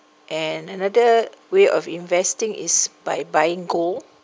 and another way of investing is by buying gold